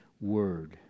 Word